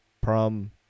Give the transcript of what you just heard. prom